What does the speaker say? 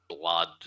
blood